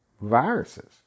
viruses